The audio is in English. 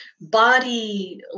body